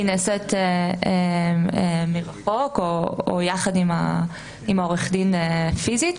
שהיא נעשית מרחוק או יחד עם העורך דין פיזית,